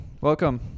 Welcome